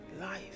life